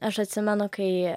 aš atsimenu kai